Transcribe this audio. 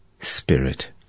spirit